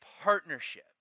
partnership